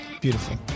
Beautiful